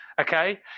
Okay